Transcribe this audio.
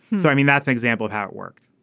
so i mean that's an example of how it worked.